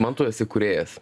man tu esi kūrėjas